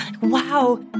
wow